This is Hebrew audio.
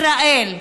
ישראל,